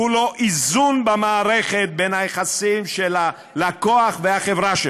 כולו איזון במערכת היחסים שבין הלקוח לחברה.